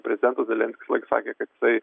prezidentas zelenskis visąlaik sakė kad jisai